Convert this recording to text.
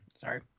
Sorry